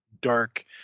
dark